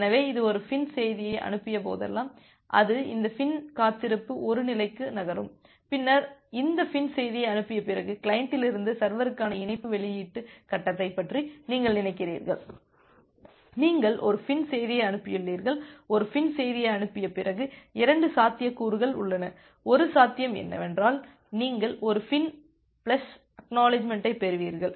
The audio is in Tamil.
எனவே இது ஒரு FIN செய்தியை அனுப்பிய போதெல்லாம் அது இந்த FIN காத்திருப்பு 1 நிலைக்கு நகரும் பின்னர் இந்த FIN செய்தியை அனுப்பிய பிறகு கிளையண்டிலிருந்து சர்வருகற்கான இணைப்பு வெளியீட்டு கட்டத்தைப் பற்றி நீங்கள் நினைக்கிறீர்கள் நீங்கள் ஒரு FIN செய்தியை அனுப்பியுள்ளீர்கள் ஒரு FIN செய்தியை அனுப்பிய பிறகு 2 சாத்தியக்கூறுகள் உள்ளன 1 சாத்தியம் என்னவென்றால் நீங்கள் ஒரு FIN பிளஸ் ACK ஐப் பெறுவீர்கள்